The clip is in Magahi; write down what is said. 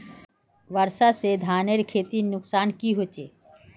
वर्षा से धानेर खेतीर की नुकसान होचे?